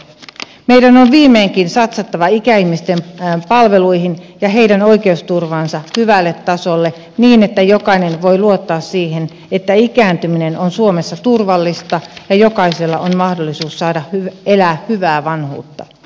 meidän on viimeinkin satsattava ikäihmisten palveluihin ja saatettava heidän oikeusturvansa hyvälle tasolle niin että jokainen voi luottaa siihen että ikääntyminen on suomessa turvallista ja jokaisella on mahdollisuus saada elää hyvää vanhuutta